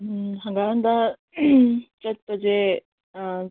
ꯎꯝ ꯍꯪꯒꯠ ꯍꯟꯗꯥ ꯆꯠꯄꯁꯦ ꯑꯥ